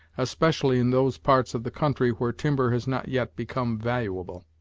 especially in those parts of the country where timber has not yet become valuable.